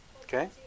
Okay